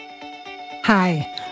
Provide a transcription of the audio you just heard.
Hi